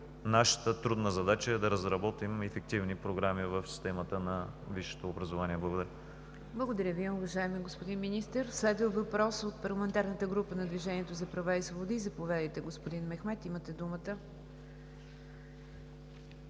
нашата трудна задача е да разработим ефективни програми в системата на висшето образование. Благодаря. ПРЕДСЕДАТЕЛ НИГЯР ДЖАФЕР: Благодаря Ви, уважаеми господин Министър. Следва въпрос от парламентарната група на „Движението за права и свободи“. Заповядайте, господин Мехмед, имате думата.